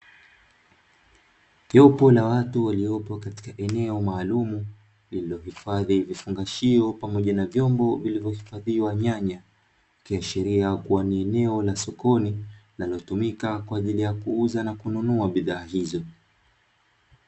Jopo la watu waliopo katika eneo maalumu lililohifadhi vifungashio pamoja na vyombo vilivyohifadhiwa nyanya, ikiashiria kuwa ni eneo la sokoni linalotumika kwa ajili ya kuuza na kununua bidhaa hizo.